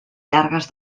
llargues